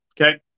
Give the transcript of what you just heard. Okay